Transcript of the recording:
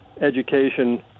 education